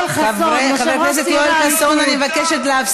לוי, אני מבקשת.